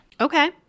Okay